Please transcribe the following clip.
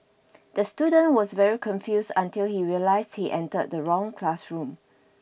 the student was very confused until he realised he entered the wrong classroom